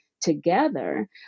together